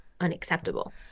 unacceptable